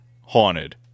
haunted